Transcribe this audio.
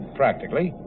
practically